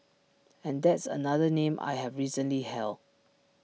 and that's another name I have recently held